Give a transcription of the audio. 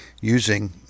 using